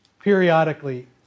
periodically